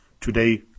Today